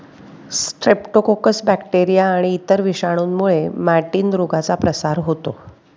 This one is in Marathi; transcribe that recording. स्ट्रेप्टोकोकस बॅक्टेरिया आणि इतर विषाणूंमुळे मॅटिन रोगाचा प्रसार होतो